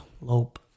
Lope